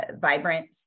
Vibrant